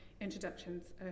introductions